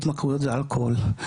התמכרויות זה אלכוהול,